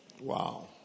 Wow